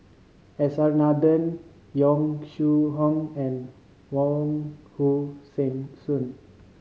S R Nathan Yong Shu Hoong and Wong Hong Suen